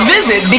Visit